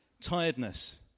tiredness